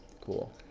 Cool